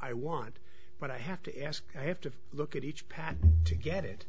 i want but i have to ask i have to look at each path to get it